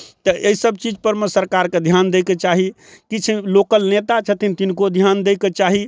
तऽ एहिसब चीजपरमे सरकारके धिआन दैके चाही किछु लोकल नेता छथिन तिनको धिआन दैके चाही